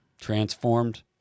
Transformed